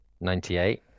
Ninety-eight